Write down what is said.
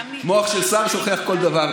מוח של שר שוכח כל דבר.